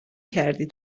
کردی